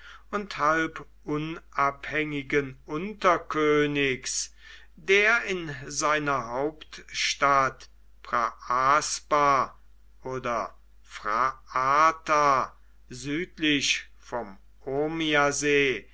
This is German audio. und halb unabhängigen unterkönigs der in seiner hauptstadt praaspa oder phraarta südlich vom